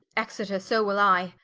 exeter so will i